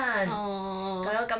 orh